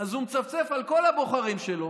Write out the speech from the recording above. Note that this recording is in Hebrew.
אז הוא מצפצף על כל הבוחרים שלו,